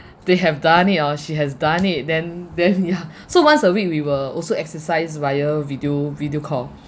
they have done it or she has done it then then yeah so once a week we will also exercise via video video call